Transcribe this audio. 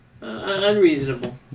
Unreasonable